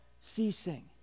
ceasing